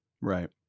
Right